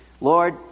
Lord